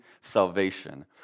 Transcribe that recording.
salvation